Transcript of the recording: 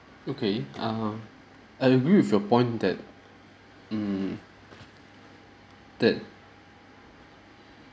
okay um I agree with your point that mm that